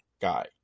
guy